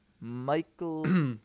Michael